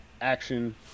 action